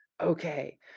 okay